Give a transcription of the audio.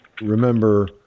remember